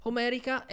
Omerica